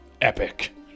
epic